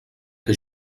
que